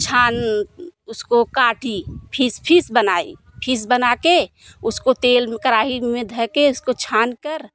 छान उसको काटी फिश फिश बनाई फिश बना के उसको तेल कराही में धय उसको छानकर